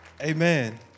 amen